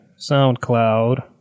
SoundCloud